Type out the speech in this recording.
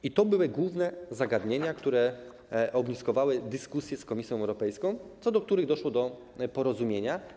I to były główne zagadnienia, które ogniskowały dyskusję z Komisją Europejską, co do których doszło do porozumienia.